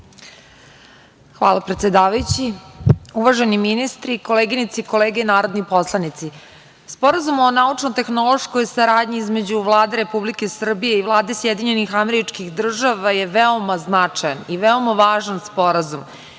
Hvala predsedavajući. Uvaženi ministri, koleginice i kolege narodni poslanici, Sporazum o naučno-tehnološkoj saradnji između Vlade Republike Srbije i Vlade SAD je veoma značajan i veoma važan sporazum